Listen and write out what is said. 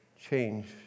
change